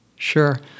Sure